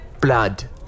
Blood